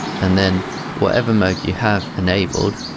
and then, whatever modes you have enabled